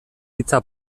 hitza